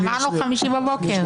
אמרנו יום חמישי בבוקר.